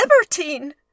libertine